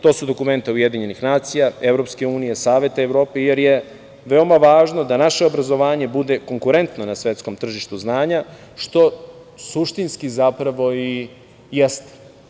To su dokumenta UN, EU, Saveta Evrope, jer je veoma važno da naše obrazovanje bude konkurentno na svetskom tržištu znanja, što suštinski zapravo i jeste.